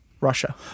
Russia